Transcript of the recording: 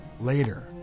Later